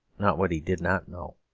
not what he did not know.